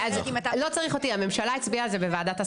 לא צריך אותי, הממשלה הצביעה על זה בוועדת השרים.